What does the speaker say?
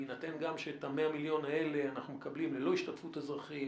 בהינתן גם שאת ה-100 המיליון האלה אנחנו מקבלים ללא השתתפות האזרחים,